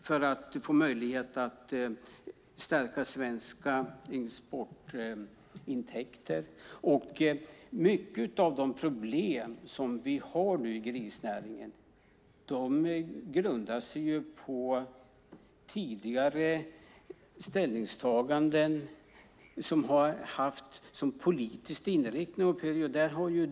Den kan ge oss möjlighet att stärka svenska exportintäkter. Mycket av de problem som vi har i grisnäringen grundar sig på tidigare ställningstaganden. Där har du, Pyry, och dina partivänner ett stort ansvar.